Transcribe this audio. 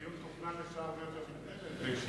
הדיון תוכנן לשעה הרבה יותר מוקדמת וזה השתנה,